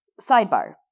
sidebar